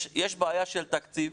יש בעיה של תקציב.